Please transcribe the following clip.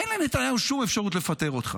אין לנתניהו שום אפשרות לפטר אותך.